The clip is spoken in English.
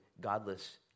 godless